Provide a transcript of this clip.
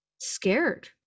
scared